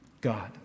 God